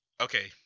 Okay